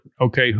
okay